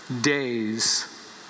days